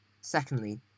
Secondly